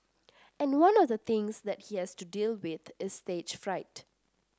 and one of the things that he has to deal with is stage fright